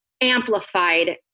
amplified